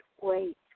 wait